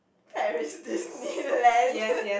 Paris Disneyland